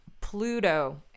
Pluto